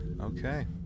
Okay